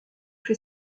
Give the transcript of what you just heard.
fait